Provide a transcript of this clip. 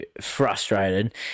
frustrated